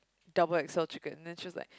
double x_l chicken then she was like